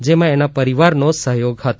જેમાં એના પરિવારનો સહયોગ હતો